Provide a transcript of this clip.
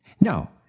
No